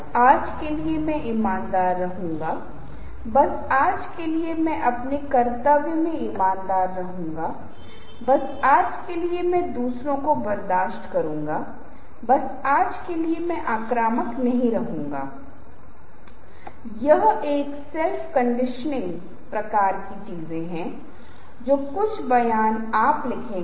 और सबसे खराब तरह के एनिमेशन जंपिंग बाउंसिंग ऊर्जावान एनिमेशन से बचें जब तक कि वे पूरी तरह से आवश्यक न हों या वे ऐसी प्रस्तुतियां हों जो हमारे लिए होती हैं हम कहते हैं युवा लोग बच्चे जहां हम चीजों को चंचल बनाना चाहते हैं